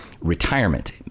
retirement